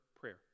prayer